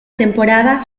temporada